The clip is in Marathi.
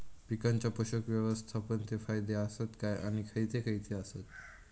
पीकांच्या पोषक व्यवस्थापन चे फायदे आसत काय आणि खैयचे खैयचे आसत?